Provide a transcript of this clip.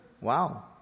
Wow